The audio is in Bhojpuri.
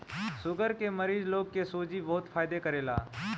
शुगर के मरीज लोग के सूजी बहुते फायदा करेला